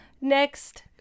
next